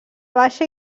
baixa